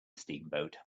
steamboat